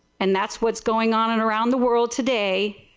and that's what's going on and around the world today,